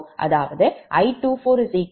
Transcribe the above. அதாவது I24V2f V4fj0